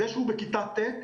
זה שהוא בכיתה ט',